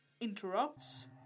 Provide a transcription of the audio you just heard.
interrupts